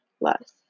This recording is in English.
less